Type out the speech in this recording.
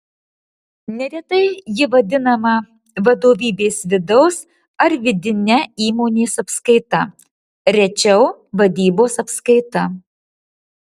neretai ji vadinama vadovybės vidaus ar vidine įmonės apskaita rečiau vadybos apskaita